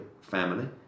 family